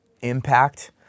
impact